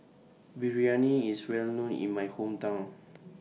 Biryani IS Well known in My Hometown